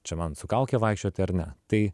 čia man su kauke vaikščioti ar ne tai